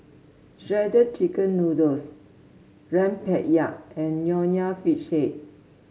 Shredded Chicken Noodles Rempeyek and Nonya Fish Head